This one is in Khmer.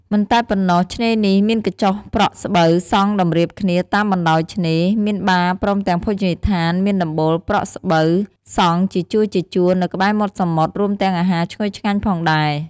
មិនតែប៉ុណ្ណោះ ឆ្នេរនេះមានកញ្ចុះប្រក់ស្បូវសង់តម្រៀបគ្នាតាមបណ្តោយឆ្នេរ មានបារព្រមទាំងភោជនីយដ្ឋានមានដំបូលប្រក់ស្បូវសង់ជាជួរៗនៅក្បែរមាត់សមុទ្រ រួមទាំងអាហារឈ្ងុយឆ្ងាញ់ផងដែរ។